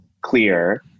clear